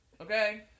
okay